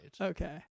Okay